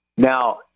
Now